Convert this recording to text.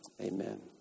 Amen